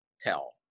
tell